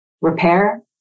repair